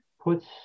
puts